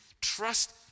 Trust